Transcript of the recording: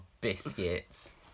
biscuits